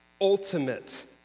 ultimate